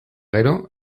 gero